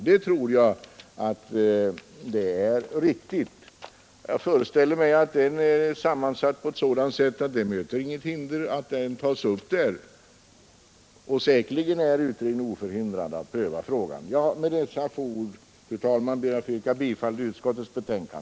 Detta tror jag är riktigt; jag föreställer mig att utredningen är sammansatt på ett sådant sätt att det inte möter något hinder att ta upp frågan där. Säkerligen är utredningen oförhindrad att pröva frågan. Med dessa ord, fru talman, ber jag att få yrka bifall till utskottets hemställan.